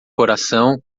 coração